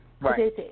Right